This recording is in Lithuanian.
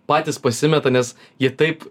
patys pasimeta nes jie taip